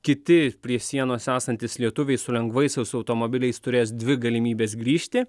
kiti prie sienos esantys lietuviai su lengvaisiais automobiliais turės dvi galimybes grįžti